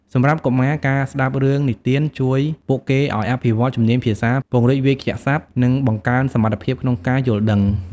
សម្រាប់កុមារ ការស្ដាប់រឿងនិទានជួយពួកគេឱ្យអភិវឌ្ឍជំនាញភាសា ពង្រីកវាក្យសព្ទ និងបង្កើនសមត្ថភាពក្នុងការយល់ដឹង។